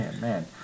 man